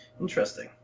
Interesting